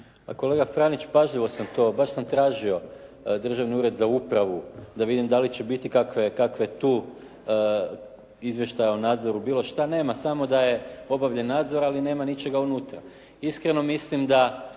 Kolega Franić pažljivo sam to, baš sam tražio Državni ured za upravu da vidim da li će biti kakve, kakve tu izvještaja o nadzoru, bilo šta. Nema. Samo da je obavljen nadzor, ali nema ničega unutra. Iskreno mislim da